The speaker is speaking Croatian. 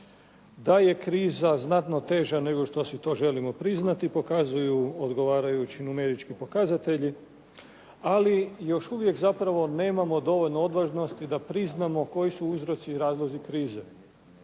Da je kriza znatno teža nego što si to želimo priznati pokazuju odgovarajući numerički pokazatelji ali još uvijek zapravo nemamo dovoljno odvažnosti da priznamo koji su uzroci i razlozi krize.